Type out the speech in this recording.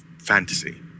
fantasy